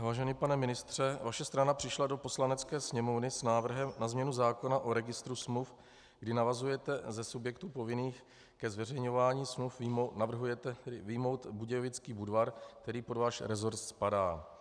Vážený pane ministře, vaše strana přišla do Poslanecké sněmovny s návrhem na změnu zákona o registru smluv, kdy navrhujete ze subjektů povinných ke zveřejňování smluv vyjmout Budějovický Budvar, který pod váš resort spadá.